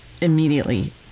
immediately